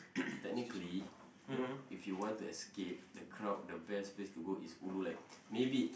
technically you know if you want to escape the crowd the best place to go is ulu like maybe